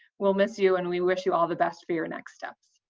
we'll miss you, and we wish you all the best for your next steps.